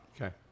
Okay